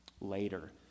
later